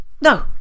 no